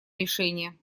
решение